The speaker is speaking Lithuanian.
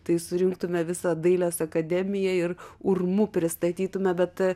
tai surinktume visą dailės akademiją ir urmu pristatytume bet